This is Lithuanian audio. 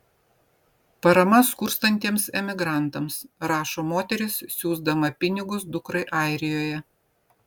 parama skurstantiems emigrantams rašo moteris siųsdama pinigus dukrai airijoje